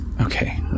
Okay